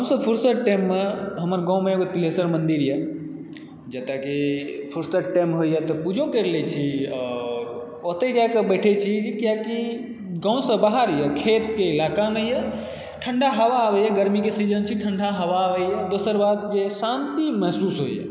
हमसब फुरसत टाइममे हमर गाँवमे एगो तिलहेश्वर मन्दिर यऽ जतए की फुरसत टाइम होइए तऽ पूजो करि लए छी आओर ओतहे जाकए बैठै छी किआकि गाँवसँ बाहर यऽ खेतके ईलाकामे यऽ ठण्डा हवा आबैए गर्मीके सीजन छै ठण्डा हवा आबैए दोसर बात जे शान्ति महसूस होइए